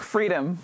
Freedom